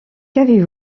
qu’avez